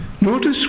Notice